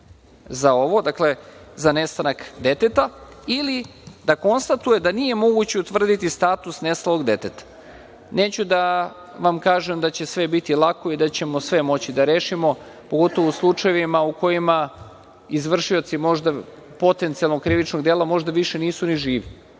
odgovorna za nestanak deteta ili da konstatuje da nije moguće utvrditi status nestalog deteta. Neću da vam kažem da će sve biti lako i da ćemo sve moći da rešimo, pogotovo u slučajevima u kojima izvršioci potencijalnog krivičnog dela možda nisu više ni živi